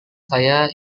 saya